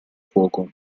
fuoco